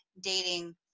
dating